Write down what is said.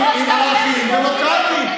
עם ערכים דמוקרטיים.